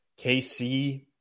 KC